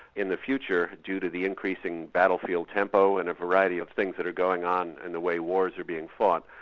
in the future, due to the increasing battlefield tempo and a variety of things that are going on in the way wars are being fought,